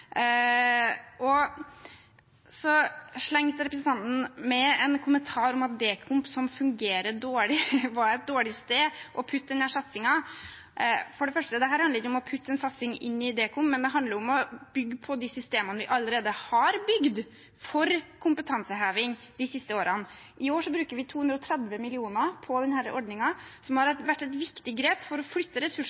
første handler ikke dette om å putte en satsing inn i Dekomp, men det handler om å bygge på de systemene vi allerede har bygd for kompetanseheving de siste årene. I år bruker vi 230 mill. kr på denne ordningen, som har vært et viktig grep for å flytte